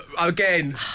again